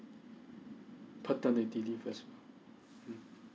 paternity leave as well